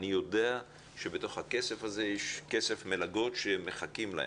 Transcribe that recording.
אני יודע שבתוך הכסף הזה יש כסף מלגות שמחכים להם.